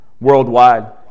worldwide